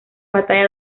batalla